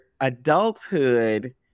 adulthood